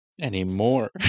Anymore